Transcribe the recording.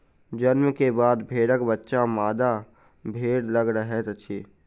जन्म के बाद भेड़क बच्चा मादा भेड़ लग रहैत अछि